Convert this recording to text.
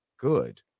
good